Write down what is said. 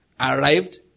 arrived